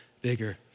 bigger